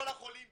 כל החולים,